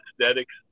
aesthetics